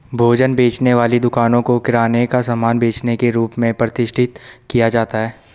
भोजन बेचने वाली दुकानों को किराने का सामान बेचने के रूप में प्रतिष्ठित किया जाता है